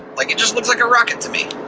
like, it just looks like a rocket to me.